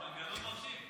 זה באמת מרשים.